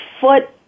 foot